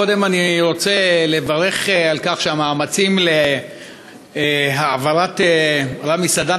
קודם כול אני רוצה לברך על כך שהמאמצים להעברת רמי סדן